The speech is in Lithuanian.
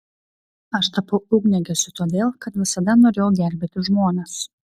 aš tapau ugniagesiu todėl kad visada norėjau gelbėti žmones